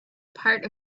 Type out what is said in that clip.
part